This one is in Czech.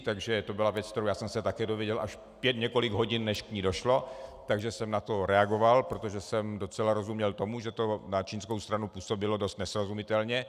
Takže to byla věc, kterou já jsem se také dozvěděl až několik hodin, než k ní došlo, takže jsem na to reagoval, protože jsem docela rozuměl tomu, že to na čínskou stranu působilo dost nesrozumitelně.